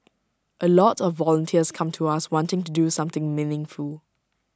A lot of volunteers come to us wanting to do something meaningful